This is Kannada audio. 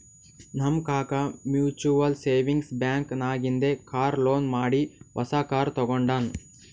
ನಮ್ ಕಾಕಾ ಮ್ಯುಚುವಲ್ ಸೇವಿಂಗ್ಸ್ ಬ್ಯಾಂಕ್ ನಾಗಿಂದೆ ಕಾರ್ ಲೋನ್ ಮಾಡಿ ಹೊಸಾ ಕಾರ್ ತಗೊಂಡಾನ್